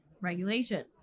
Regulation